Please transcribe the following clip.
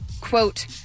quote